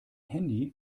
handy